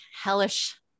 hellish